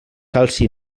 calci